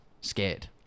scared